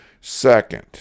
Second